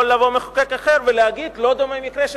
יכול לבוא מחוקק אחר ולהגיד: לא דומה המקרה של